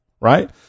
right